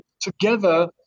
together